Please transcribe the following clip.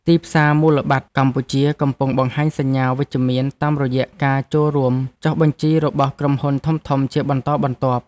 ទីផ្សារមូលបត្រកម្ពុជាកំពុងបង្ហាញសញ្ញាវិជ្ជមានតាមរយៈការចូលរួមចុះបញ្ជីរបស់ក្រុមហ៊ុនធំៗជាបន្តបន្ទាប់។